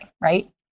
right